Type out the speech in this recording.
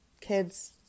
kids